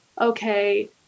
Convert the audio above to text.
okay